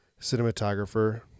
Cinematographer